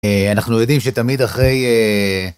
אנחנו יודעים שתמיד אחרי...